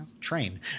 train